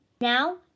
now